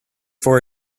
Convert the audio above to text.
for